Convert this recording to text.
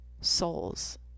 souls